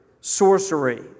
sorcery